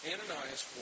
Ananias